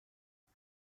بود